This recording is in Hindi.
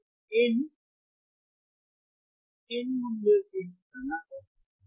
तो इन मूल्यों की हम गणना कर सकते हैं